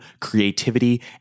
creativity